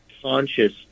Conscious